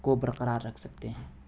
کو برقرار رکھ سکتے ہیں